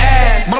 ass